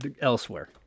elsewhere